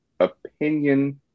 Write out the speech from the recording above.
opinion